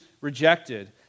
rejected